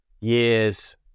years